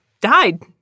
died